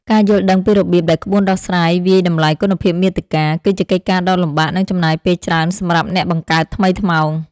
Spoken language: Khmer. ការយល់ដឹងពីរបៀបដែលក្បួនដោះស្រាយវាយតម្លៃគុណភាពមាតិកា គឺជាកិច្ចការដ៏លំបាក និងចំណាយពេលច្រើនសម្រាប់អ្នកបង្កើតថ្មីថ្មោង។